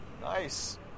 Nice